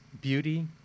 beauty